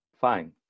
Fine